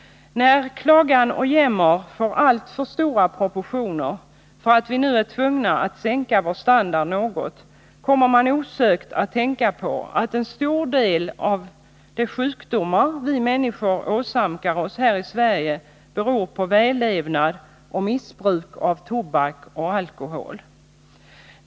När klagan och jämmer får alltför stora proportioner för att vi nu är tvungna att sänka vår standard något, kommer man osökt att tänka på att en stor del av de sjukdomar vi människor åsamkar oss i Sverige beror på vällevnad och missbruk av tobak och alkohol.